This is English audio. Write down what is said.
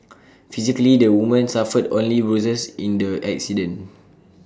physically the woman suffered only bruises in the accident